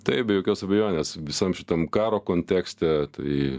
taip be jokios abejonės visam šitam karo kontekste tai